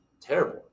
terrible